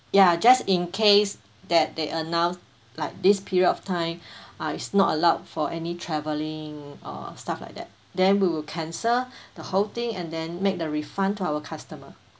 ya just in case that they announce like this period of time uh it's not allowed for any traveling or stuff like that then we will cancel the whole thing and then make the refund to our customer